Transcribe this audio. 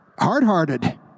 Hard-hearted